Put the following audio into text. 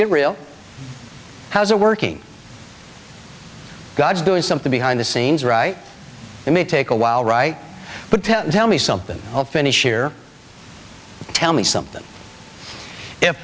get real how's it working god's doing something behind the scenes right it may take a while right but tell me something i'll finish here tell me something if